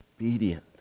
obedient